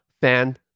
fan